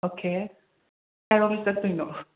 okay ꯀꯔꯣꯝ ꯆꯠꯇꯣꯏꯅꯣ